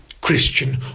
Christian